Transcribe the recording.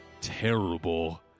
terrible